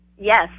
Yes